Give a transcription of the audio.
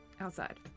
Outside